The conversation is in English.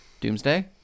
Doomsday